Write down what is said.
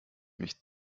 mich